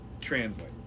Translate